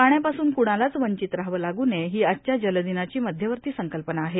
पाण्यापासून कुणालाच वंचित राहावं लागू नये ही आजच्या जलदिनाची मध्यवर्ती संकल्पना आहे